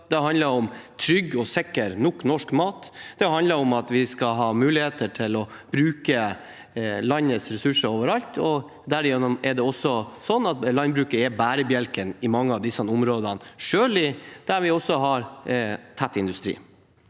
det handler om trygg, sikker og nok norsk mat, og det handler om at vi skal ha muligheter til å kunne bruke landets ressurser overalt. Derigjen nom er det også sånn at landbruket er bærebjelken i mange av disse områdene, selv der vi også har tett industri.